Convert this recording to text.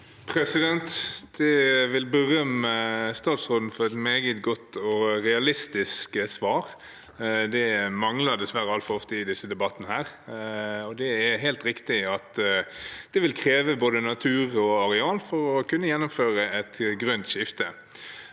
Jeg vil be- rømme statsråden for et meget godt og realistisk svar. Det mangler dessverre altfor ofte i disse debattene. Det er helt riktig at det vil kreve både natur og arealer å gjennomføre et grønt skifte.